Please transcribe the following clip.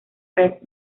red